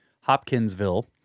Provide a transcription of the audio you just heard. Hopkinsville